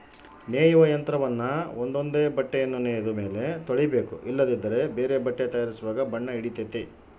ನೇಯುವ ಯಂತ್ರವನ್ನ ಒಂದೊಂದೇ ಬಟ್ಟೆಯನ್ನು ನೇಯ್ದ ಮೇಲೆ ತೊಳಿಬೇಕು ಇಲ್ಲದಿದ್ದರೆ ಬೇರೆ ಬಟ್ಟೆ ತಯಾರಿಸುವಾಗ ಬಣ್ಣ ಹಿಡಿತತೆ